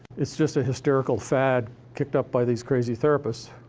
it's just a hysterical fad kicked up by these crazy therapists.